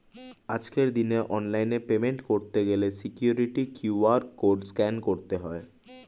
আজকের দিনে অনলাইনে পেমেন্ট করতে গেলে সিকিউরিটি কিউ.আর কোড স্ক্যান করতে হয়